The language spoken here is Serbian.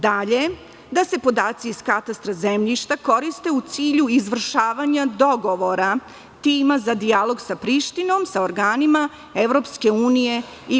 Dalje, da se podaci iz Katastra zemljišta koriste u cilju izvršavanja dogovora tima za dijalog sa Prištinom, sa organima EU i UN.